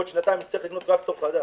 בעוד שנתיים אצטרך לקנות טרקטור חדש.